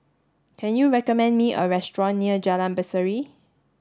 can you recommend me a restaurant near Jalan Berseri